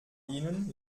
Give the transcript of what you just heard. ihnen